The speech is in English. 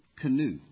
canoe